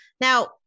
Now